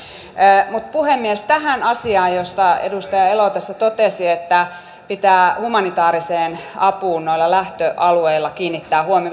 mutta puhemies tähän asiaan josta edustaja elo tässä totesi että pitää humanitaariseen apuun noilla lähtöalueilla kiinnittää huomiota